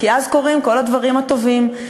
כי אז קורים כל הדברים הטובים.